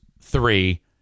three